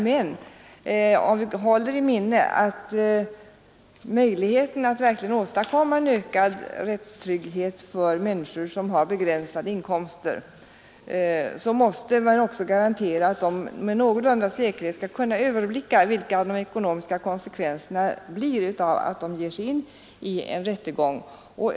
Men vi skall hålla i minnet att det gäller att verkligen åstadkomma en ökad rättstrygghet för människor som har begränsade inkomster, och då måste vi också garantera att de med någorlunda säkerhet skall kunna överblicka de ekonomiska konsekvenserna av att ge sig in i en rättegång.